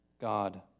God